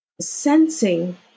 Sensing